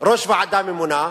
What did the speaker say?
ראש הוועדה הממונה,